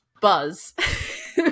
buzz